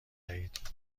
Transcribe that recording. دهید